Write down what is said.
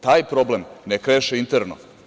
Taj problem nek reše interno.